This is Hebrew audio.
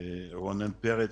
רונן פרץ.